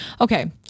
okay